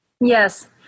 Yes